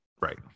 right